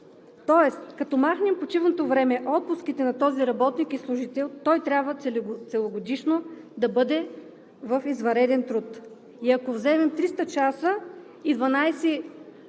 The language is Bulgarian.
тоест като махнем почивното време и отпуските на този работник или служител, той трябва целогодишно да бъде в извънреден труд. Ако вземем 300 часа и 12